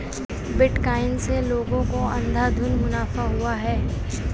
bitcoin से लोगों को अंधाधुन मुनाफा हुआ है